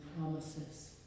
promises